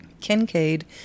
Kincaid